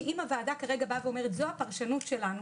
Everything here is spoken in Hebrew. כי אם הוועדה אומרת שזאת הפרשנות שלנו